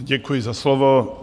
Děkuji za slovo.